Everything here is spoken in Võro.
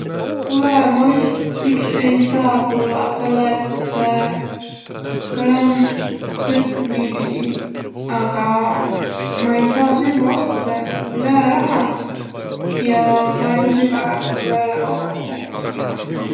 Kulõ, ma vist iks ei saaq tullaq, selle et mul om kõtt nii tühi. Aga ma-i saaq süvvä ostaq, selle et mul ei olõq raha. Ja ma-i saa süvväq ka, selle et mul ei olõ kotoh midägiq süvväq.